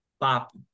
pop